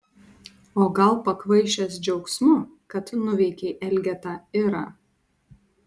o gal pakvaišęs džiaugsmu kad nuveikei elgetą irą